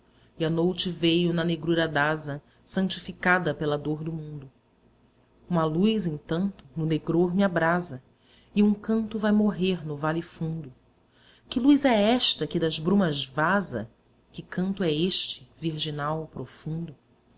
e a noute veio na negrura dasa santificada pela dor do mundo ua luz entanto no negror me abrasa e um canto vai morrer no vale fundo que luz é esta que das brumas vasa que canto é este virginal profundo